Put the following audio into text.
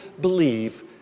believe